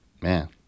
man